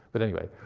but anyway,